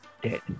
dead